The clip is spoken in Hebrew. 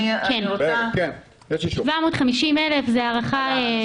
750 אלף זאת הערכה.